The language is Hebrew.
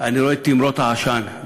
אני רואה תימרות עשן,